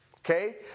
Okay